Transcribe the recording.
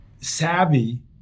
savvy